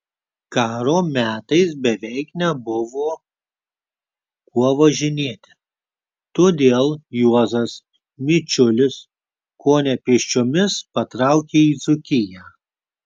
karo metais beveik nebuvo kuo važinėti todėl juozas mičiulis kone pėsčiomis patraukė į dzūkiją